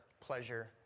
pleasure